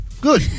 Good